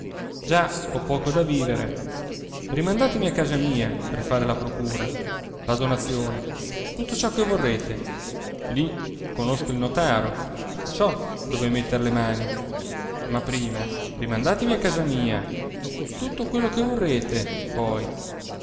già ho poco da vivere rimandatemi a casa mia per fare la procura la donazione tutto ciò che vorrete lì conosco il notaro so dove metter le mani ma prima rimandatemi a casa mia tutto quello che vorrete poi